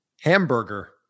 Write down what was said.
Hamburger